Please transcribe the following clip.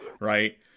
right